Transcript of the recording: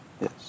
Yes